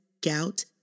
gout